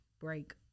break